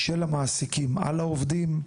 של המעסיקים על העובדים?